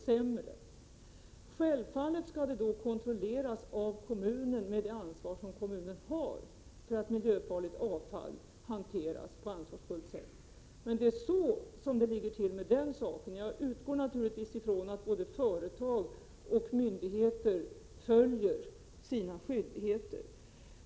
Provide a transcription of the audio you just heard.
Självfallet skall det då kontrolleras av kommunen, med det ansvar som kommunen har för att miljöfarligt avfall hanteras på ansvarsfullt sätt. Det är så det ligger till med den saken. Jag utgår naturligtvis ifrån att både företag och myndigheter fullgör sina skyldigheter.